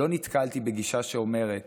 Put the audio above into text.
לא נתקלתי בגישה שאומרת